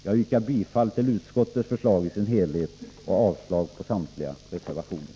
Jag yrkar bifall till utskottets förslag i dess helhet och avslag på samtliga reservationer.